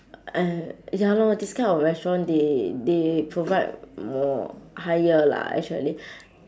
ah ya lor this kind of restaurant they they provide more higher lah actually